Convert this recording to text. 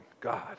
God